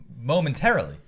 momentarily